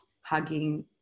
hugging